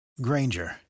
Granger